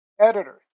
editor